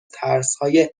ترسهای